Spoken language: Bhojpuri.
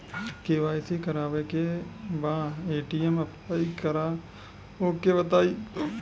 के.वाइ.सी करावे के बा ए.टी.एम अप्लाई करा ओके बताई?